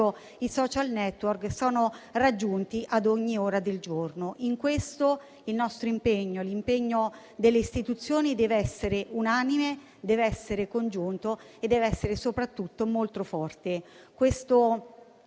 i *social network*, sono raggiunti ad ogni ora del giorno. In questo il nostro impegno, l'impegno delle istituzioni deve essere unanime, deve essere congiunto e deve essere soprattutto molto forte.